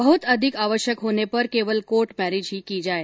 बहुत अधिक आवश्यक होने पर केवल कोर्ट मैरिज ही की जाये